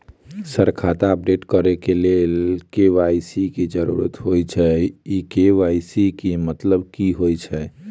Sir खाता update करऽ लेल के.वाई.सी की जरुरत होइ छैय इ के.वाई.सी केँ मतलब की होइ छैय?